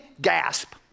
gasp